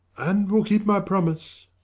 and will keep my promise.